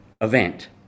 event